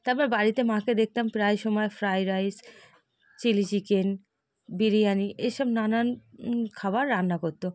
তারপর বাড়িতে মাকে দেখতাম প্রায় সময় fried rice chilli chicken biryani এইসব নানান খাবার রান্না করত